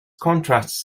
contrast